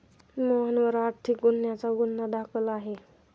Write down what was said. मोहनवर आर्थिक गुन्ह्याचा गुन्हा दाखल आहे